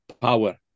power